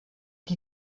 die